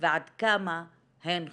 ועד כמה הן חושפות.